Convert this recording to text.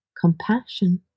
compassion